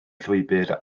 llwybr